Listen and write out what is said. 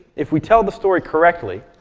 if we tell the story correctly,